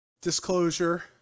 disclosure